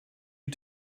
you